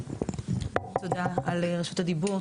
תודה על רשות דיבור,